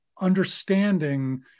understanding